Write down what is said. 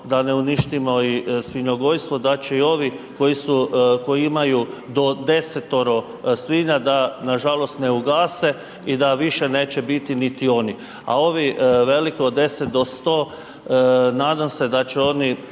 da ne uništimo i svinjogojstvo da će i ovi koji su, koji imaju do 10-oro svinja da nažalost ne ugase i da više neće biti niti oni. A ovi veliki od 10-100 nadam se da će oni